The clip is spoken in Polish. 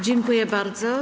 Dziękuję bardzo.